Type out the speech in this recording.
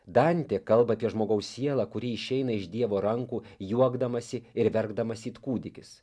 dantė kalba apie žmogaus sielą kuri išeina iš dievo rankų juokdamasi ir verkdamas it kūdikis